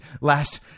last